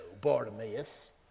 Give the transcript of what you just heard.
Bartimaeus